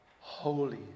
holy